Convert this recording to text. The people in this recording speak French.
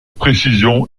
précision